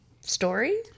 story